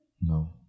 No